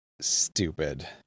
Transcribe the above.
stupid